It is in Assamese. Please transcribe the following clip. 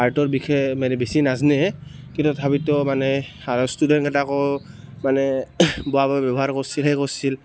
আৰ্টৰ বিষয়ে মানে বেছি নাজানে কিন্তু তথাপিতো মানে ষ্টুডেণ্টকেইটাকো মানে বেয়া বেয়া ব্যৱহাৰ কৰিছিল সেই কৰিছিল